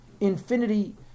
Infinity